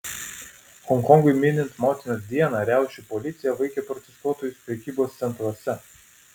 honkongui minint motinos dieną riaušių policija vaikė protestuotojus prekybos centruose